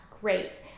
great